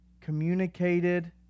communicated